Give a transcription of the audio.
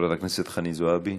חברת הכנסת חנין זועבי,